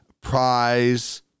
prize